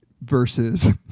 Versus